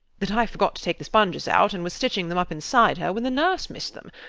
that i forgot to take the sponges out, and was stitching them up inside her when the nurse missed them.